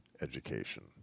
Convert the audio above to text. education